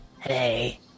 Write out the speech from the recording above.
Hey